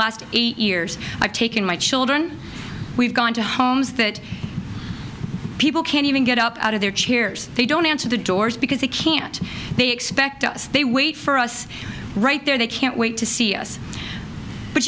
last eight years i've taken my children we've gone to homes that people can't even get up out of their chairs they don't answer the doors because they can't they expect us they wait for us right there they can't wait to see us but